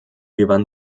gewann